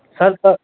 sir तऽ